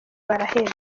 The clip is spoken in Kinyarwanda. baraheba